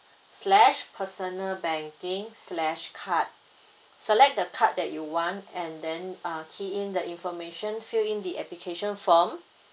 slash personal banking slash card select the card that you want and then uh key in the information fill in the application form